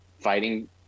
fighting